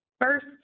First